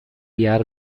jahre